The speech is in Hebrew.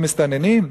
לא מסתננים?